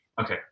okay